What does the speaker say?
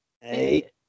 Hey